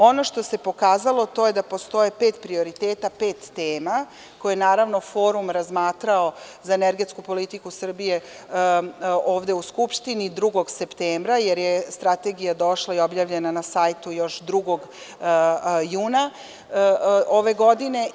Ono što se pokazalo to je da postoji pet prioriteta, pet tema koje je forum razmatrao za energetsku politiku Srbije ovde uSkupštini 2. septembra jer je Strategija došla i objavljena je na sajtu još 2. juna ove godine.